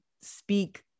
speak